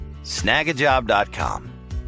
Snagajob.com